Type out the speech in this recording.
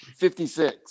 56